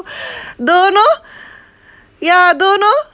don't know yeah don't know